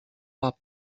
pas